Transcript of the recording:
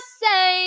say